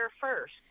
first